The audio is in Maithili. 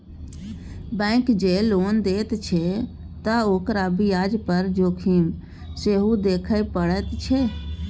बैंक जँ लोन दैत छै त ओकरा ब्याज दर जोखिम सेहो देखय पड़ैत छै